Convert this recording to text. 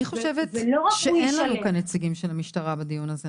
אני חושבת שאין לנו כאן נציגים של המשטרה בדיון הזה.